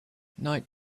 night